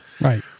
right